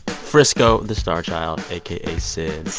frisco, the star child, aka syd.